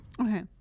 Okay